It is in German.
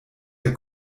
der